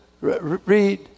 read